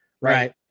Right